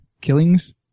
Killings